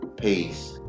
Peace